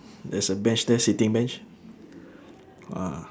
there's a bench there sitting bench ah